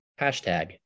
hashtag